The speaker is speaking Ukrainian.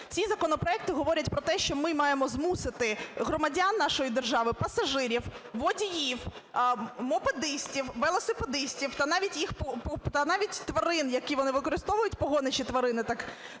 Ці законопроекти говорять про те, що ми маємо змусити громадян нашої держави: пасажирів, водіїв, мопедистів, велосипедистів та навіть тварин, які вони використовують, погоничі тварин, -